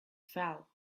fell